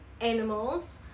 animals